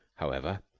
however,